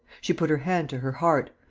she put her hand to her heart,